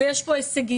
יש כאן הישגים,